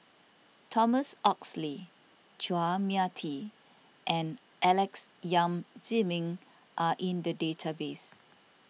Thomas Oxley Chua Mia Tee and Alex Yam Ziming are in the database